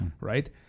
right